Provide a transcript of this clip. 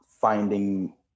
finding